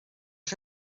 chi